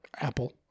Apple